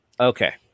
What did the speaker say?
Okay